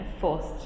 forced